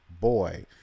boy